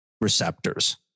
receptors